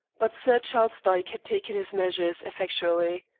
but sir charles dyke had taken his measures effectually.